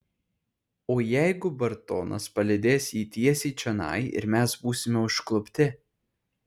o jeigu bartonas palydės jį tiesiai čionai ir mes būsime užklupti